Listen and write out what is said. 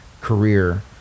career